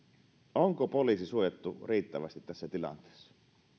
onko poliisi suojattu riittävästi tässä tilanteessa